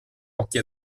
occhi